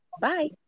bye